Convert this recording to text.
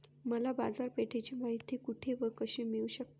मला बाजारपेठेची माहिती कुठे व कशी मिळू शकते?